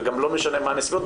וגם לא משנה מה הנסיבות,